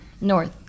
North